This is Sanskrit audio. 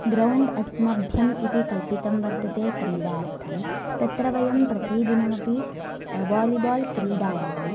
ग्रौण्ड् अस्मभ्यम् इति कल्पितं वर्तते क्रीडार्थम् तत्र वयं प्रतिदिनमपि वालीबाल् क्रीडामः